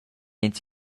ins